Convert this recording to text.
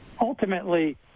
ultimately